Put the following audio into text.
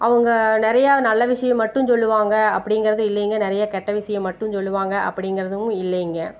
அவங்க நிறையா நல்ல விஷயம் மட்டும் சொல்லுவாங்க அப்படிங்கறது இல்லைங்க நிறையா கெட்ட விஷயம் மட்டும் சொல்லுவாங்க அப்படிங்கறதும் இல்லைங்க